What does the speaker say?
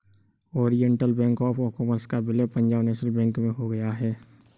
Oriental bank of commerce का विलय Punjab national bank में हो गया है